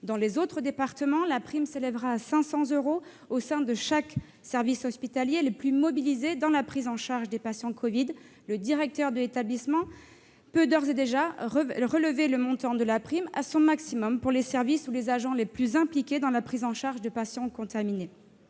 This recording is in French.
Dans les autres départements, la prime s'élèvera à 500 euros au sein des services hospitaliers les plus mobilisés dans la prise en charge des patients atteints du Covid-19. Le directeur de l'établissement peut d'ores et déjà relever le montant de la prime à son maximum pour les services ou les agents les plus impliqués dans la prise en charge de patients contaminés.